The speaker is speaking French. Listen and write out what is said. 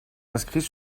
inscrits